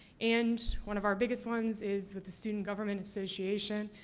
and, one of our biggest ones, is with the student government association.